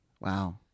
Wow